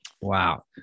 Wow